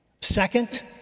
Second